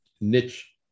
niche